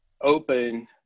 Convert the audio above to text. open